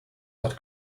dot